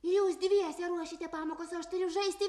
jūs dviese ruošite pamokas o aš turiu žaisti